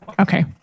Okay